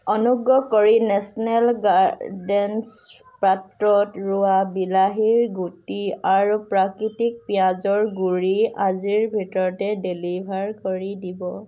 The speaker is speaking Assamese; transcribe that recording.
অনুগ্ৰহ কৰি নেশ্যনেল গাৰ্ডেনছ পাত্ৰত ৰোৱা বিলাহীৰ গুটি আৰু প্ৰাকৃতিক পিঁয়াজৰ গুড়ি আজিৰ ভিতৰতে ডেলিভাৰ কৰি দিব